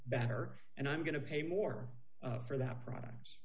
better and i'm going to pay more for that product